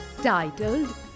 Titled